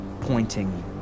pointing